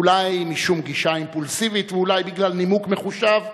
אולי משום גישה אימפולסיבית ואולי בגלל נימוק מחושב,